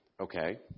okay